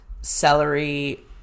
celery